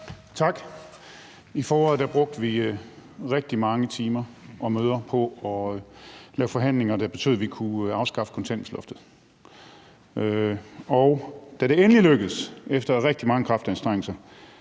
Tak. I foråret brugte vi rigtig mange timer og møder på at lave forhandlinger, der betød, at vi kunne afskaffe kontanthjælpsloftet, og da det endelig lykkedes efter rigtig mange kraftanstrengelser,